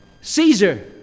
Caesar